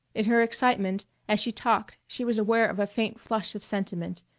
in her excitement as she talked she was aware of a faint flush of sentiment,